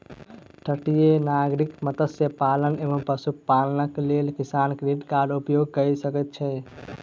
तटीय नागरिक मत्स्य पालन एवं पशुपालनक लेल किसान क्रेडिट कार्डक उपयोग कय सकै छै